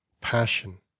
Passion